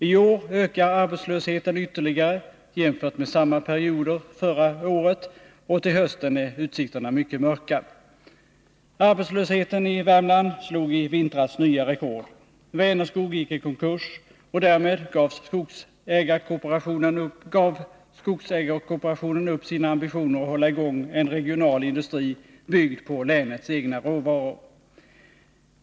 I år ökar arbetslösheten ytterligare jämfört med samma period förra året, och till hösten är utsikterna mycket mörka. Arbetslösheten i Värmland slog i vintras nya rekord. Vänerskog gick i konkurs, och därmed gav skogsägarkooperationen upp sina ambitioner att hålla i gång en regional industri byggd på länets egna råvaror.